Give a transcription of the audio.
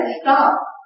stop